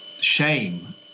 shame